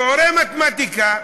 שיעורי מתמטיקה.